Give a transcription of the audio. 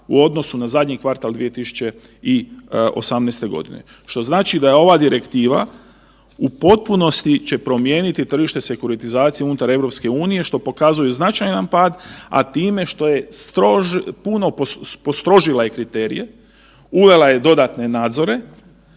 u odnosu na zadnji kvartal 2018. godine, što znači da će ova direktiva u potpunosti promijeniti tržište sekuritizacije unutar EU, što pokazuje značajan pad, time je postrožila kriterije, uvela je dodatne nadzore